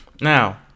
Now